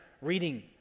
reading